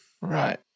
Right